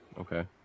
Okay